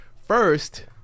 first